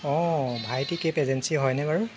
অঁ ভাইটি কেব এজেঞ্চী হয়নে বাৰু